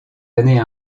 années